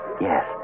Yes